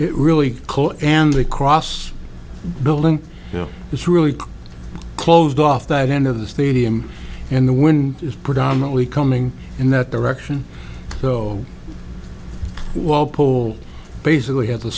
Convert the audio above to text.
it really cold and the cross building you know it's really closed off that end of the stadium and the wind is predominantly coming in that direction so walpole basically had the